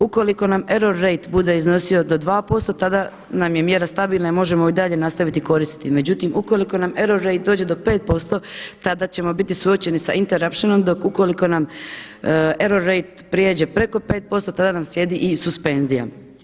Ukoliko nam error rate bude iznosio do 2% tada nam je mjera stabilna i možemo ju i dalje nastaviti koristiti međutim ukoliko nam error rate dođe do 5% tada ćemo biti suočeni sa interruption dok ukoliko nam error rate pređe preko 5% tada nam slijedi i suspenzija.